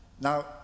Now